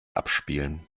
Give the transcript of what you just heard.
abspielen